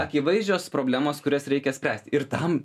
akivaizdžios problemos kurias reikia spręst ir tam